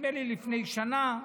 לפני שנה,